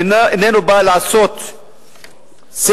איננו בא לעשות סדר,